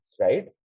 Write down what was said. right